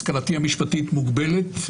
השכלתי המשפטית מוגבלת,